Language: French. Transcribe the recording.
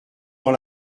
dans